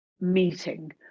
meeting